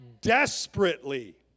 desperately